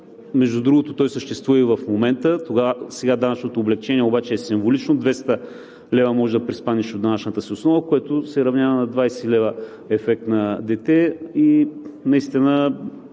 Между другото, той съществува и в момента. Сега данъчното облекчение обаче е символично, 200 лв. можеш да приспаднеш от данъчната си основа, което се равнява на 20 лв. ефект на дете и наистина